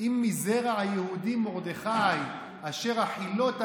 "אם מזרע היהודים מרדכי אשר הַחִלּוֹתָ